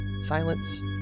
Silence